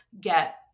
get